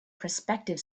prospective